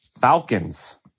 Falcons